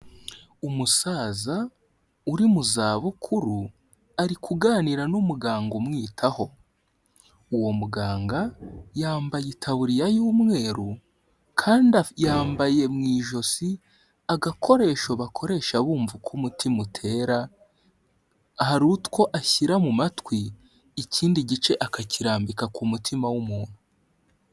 Umusaza uri mu zabukuru, ari kuganira n'umuganga umwitaho. Uwo muganga, yambaye itaburiya y'umweru kandi yambaye mu ijosi agakoresho bakoresha bumva uko umutima utera hari utwo ashyira mu matwi, ikindi gice akakirambika ku mutima w'umuntu.